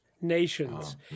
nations